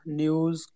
news